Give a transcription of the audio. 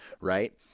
right